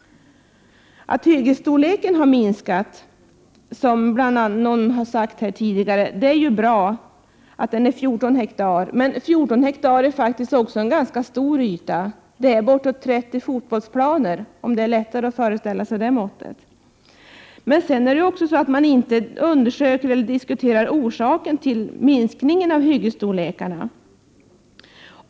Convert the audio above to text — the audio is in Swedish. Att hyggesstorleken har minskat, som någon har sagt tidigare, är bra. Men 14 hektar är faktiskt också en ganska stor yta. Det motsvarar bortåt 30 fotbollsplaner — det kanske är lättare att föreställa sig det måttet. Orsaken till att hyggesstorlekarna minskat diskuteras inte.